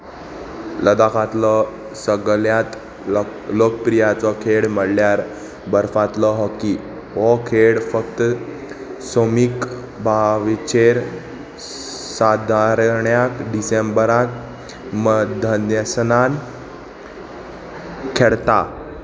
लदखांतलो सगल्यांत लोकप्रियाचो खेळ म्हणळ्यार बर्फांतलो हॉकी हो खेळ फक्त सोमीक बावीचेर सादारण्याक डिसेंबराक मधन्यसनान खेळता